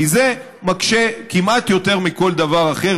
כי זה מקשה כמעט יותר מכל דבר אחר,